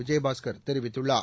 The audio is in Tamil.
விஜயபாஸ்கர் தெரிவித்துள்ளார்